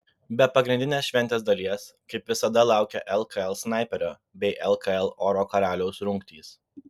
be pagrindinės šventės dalies kaip visada laukia lkl snaiperio bei lkl oro karaliaus rungtys